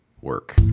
work